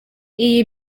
iyi